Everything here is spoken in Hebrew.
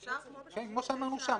אפשר --- או מסמכים,